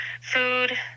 food